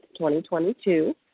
2022